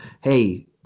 hey